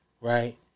right